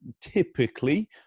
typically